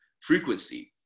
frequency